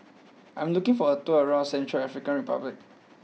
I am looking for a tour around Central African Republic